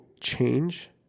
change